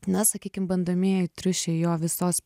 na sakykim bandomieji triušiai jo visos